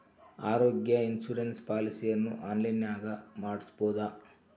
ಆರೋಗ್ಯ ಇನ್ಸುರೆನ್ಸ್ ಪಾಲಿಸಿಯನ್ನು ಆನ್ಲೈನಿನಾಗ ಮಾಡಿಸ್ಬೋದ?